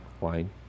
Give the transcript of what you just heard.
wine